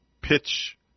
Pitch